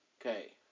okay